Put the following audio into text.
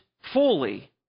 fully